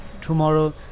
Tomorrow